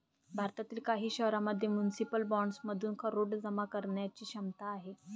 भारतातील काही शहरांमध्ये म्युनिसिपल बॉण्ड्समधून करोडो जमा करण्याची क्षमता आहे